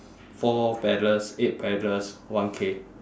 four paddlers eight paddlers one K